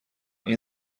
این